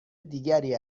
دیگری